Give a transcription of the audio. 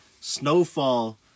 Snowfall